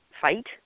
fight